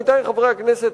עמיתי חברי הכנסת,